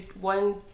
one